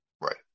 Right